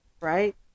right